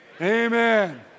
amen